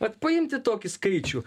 vat paimti tokį skaičių